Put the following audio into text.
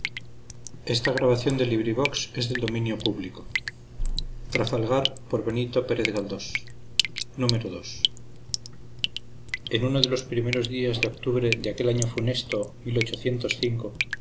verdadero en uno de los primeros días de octubre de aquel año funesto